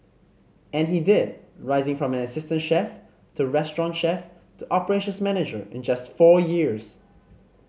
and he did rising from an assistant chef to restaurant chef to operations manager in just four years